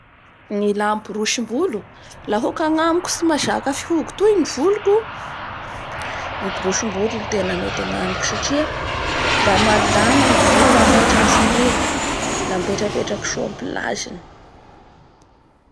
Ny ilà borosimbolo laha hokany agnamiko tsy mahazaka fihogo toy ny voloko ny borosimbolo ro tene mety agnamiko satria, la malama ny volo lafa tratrin'io; la mipetrapetraky soa amin'ny place-ny.